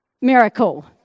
miracle